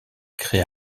crée